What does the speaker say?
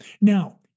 Now